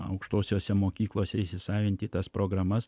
aukštosiose mokyklose įsisavinti tas programas